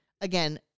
again